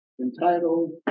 entitled